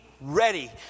ready